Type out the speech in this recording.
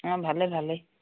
ভালে ভালে